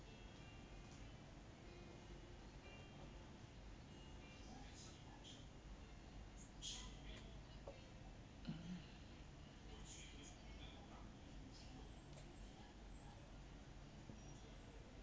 mm